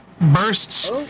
bursts